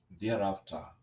Thereafter